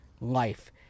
life